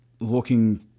looking